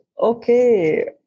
okay